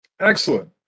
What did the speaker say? Excellent